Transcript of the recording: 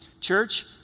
Church